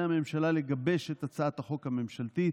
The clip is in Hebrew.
הממשלה לגבש את הצעת החוק הממשלתית.